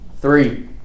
Three